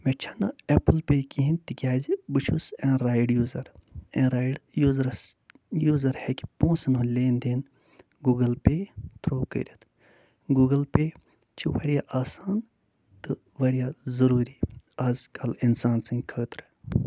مےٚ چھَنہٕ اٮ۪پٕل پے کِہیٖنۍ تِکیٛازِ بہٕ چھُس اٮ۪نرایِڈ یوٗزَر اٮ۪نرایِڈ یوٗزٕرَس یوٗزَر ہٮ۪کہِ پونٛسَن ہُنٛد لین دین گوٗگٕل پے تھرٛوٗ کٔرِتھ گوٗگٕل پے چھِ واریاہ آسان تہٕ واریاہ ضٔروٗری آز کَل اِنسان سٕنٛدۍ خٲطرٕ